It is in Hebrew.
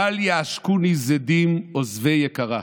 בל יעשקוני זדים עוזבי יקרה.